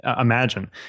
imagine